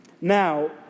Now